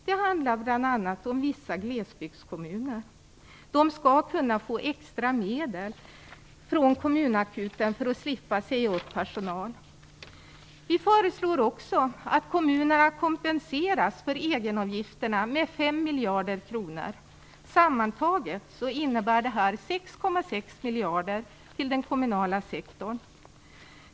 Det handlar bl.a. om vissa glesbygdskommuner. De skall kunna få extra medel från kommunakuten för att slippa säga upp personal. Vi föreslår också att kommunerna kompenseras för egenavgifterna med 5 miljarder kronor. Sammantaget innebär detta 6,6 miljarder kronor till den kommunala sektorn.